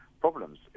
problems